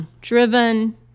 driven